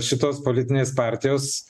šitos politinės partijos